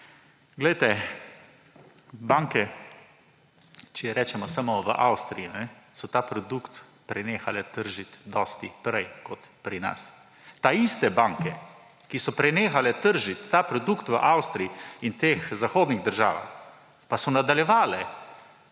Poglejte, banke, če rečemo samo v Avstriji, so ta produkt prenehale tržiti dosti prej kot pri nas. Taiste banke, ki so prenehale tržiti ta produkt v Avstriji in teh zahodnih državah, pa so nadaljevale